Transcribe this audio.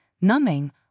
numbing